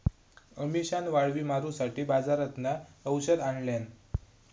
अमिशान वाळवी मारूसाठी बाजारातना औषध आणल्यान